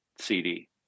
CD